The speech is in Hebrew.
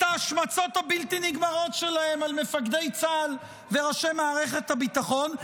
את ההשמצות הבלתי-נגמרות שלהם על מפקדי צה"ל וראשי מערכת הביטחון.